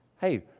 Hey